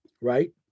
right